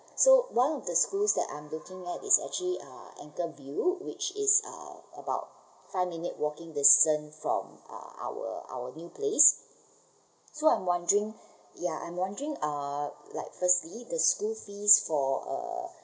so one of the schools that I'm looking at is actually uh anchorvale which is uh about five minute walking distance from uh our our new place so I'm wondering ya I'm wondering uh like firstly the school fees for uh